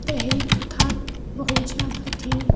दहेज प्रथा बहुत ज़्यादा थी